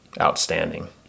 outstanding